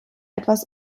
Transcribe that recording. etwas